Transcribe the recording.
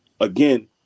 again